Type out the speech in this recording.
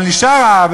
אבל נשאר העוול,